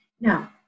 Now